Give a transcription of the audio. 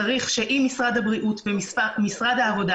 צריך שאם משרד הבריאות ומשרד העבודה